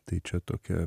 tai čia tokia